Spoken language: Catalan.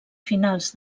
finals